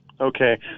Okay